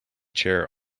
chair